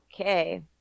Okay